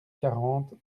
quarante